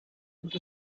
the